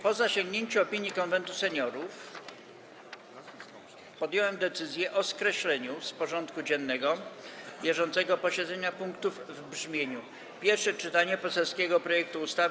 Po zasięgnięciu opinii Konwentu Seniorów podjąłem decyzję o skreśleniu z porządku dziennego bieżącego posiedzenia punktów w brzmieniu: - Pierwsze czytanie poselskiego projektu ustawy